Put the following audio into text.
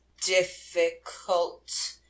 difficult